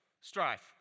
strife